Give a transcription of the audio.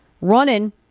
running